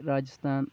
Rajasthan